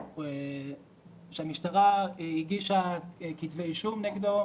שהמשטרה הגישה כתב אישום נגדו